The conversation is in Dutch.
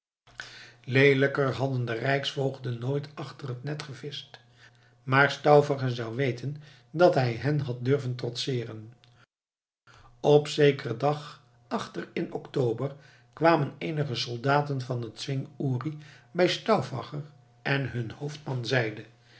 leelijker hadden de rijksvoogden nooit achter het net gevischt maar stauffacher zou weten dat hij hen had durven trotseeren op zekeren dag achter in october kwamen eenige soldaten van den zwing uri bij stauffacher en hun hoofdman zeide